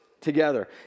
together